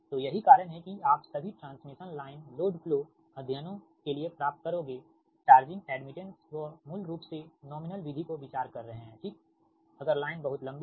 तो यही कारण है कि आप सभी ट्रांसमिशन लाइन लोड फ्लो अध्ययनों के लिए प्राप्त करोगे चार्जिंग एड्मिटेंस वे मूल रूप से नॉमिनल विधि को विचार कर रहे हैं ठीक अगर लाइन बहुत लंबी है